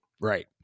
Right